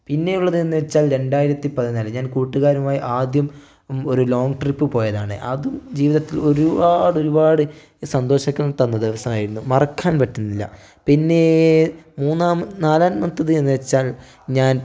പിന്നെയുള്ളത് എന്നുവെച്ചാൽ രണ്ടായിരത്തി പതിന്നാല് ഞാൻ കൂട്ടുകാരുമായി ആദ്യം ഒരു ലോങ്ങ് ട്രിപ്പ് പോയതാണ് അതും ജീവിതത്തിൽ ഒരുപാട് ഒരുപാട് സന്തോഷങ്ങൾ തന്ന ദിവസമായിരുന്നു മറക്കാൻ പറ്റുന്നില്ല പിന്നേ മൂന്നാമ നാലാമത്തത് എന്നുവെച്ചാൽ ഞാൻ